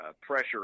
pressure